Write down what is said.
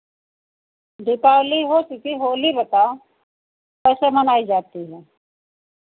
दीपावली हो चुकी होली बताओ कैसे मनाई जाती है